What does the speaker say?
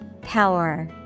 Power